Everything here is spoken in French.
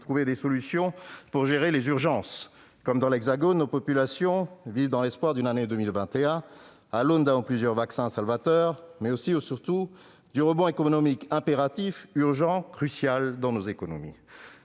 trouver des solutions pour gérer les urgences. Comme dans l'Hexagone nos populations vivent dans l'espoir d'une année 2021 à l'aune d'un ou plusieurs vaccins salvateurs, mais aussi et surtout d'un rebond économique impératif, urgent et crucial. Nous avons